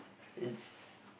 it's